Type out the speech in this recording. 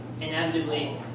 inevitably